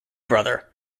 brother